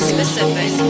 Specific